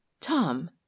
Tom